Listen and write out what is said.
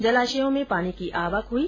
जलाशयों में पानी की आवक हुई